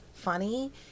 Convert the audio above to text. funny